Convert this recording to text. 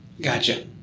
Gotcha